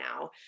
now